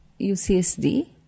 UCSD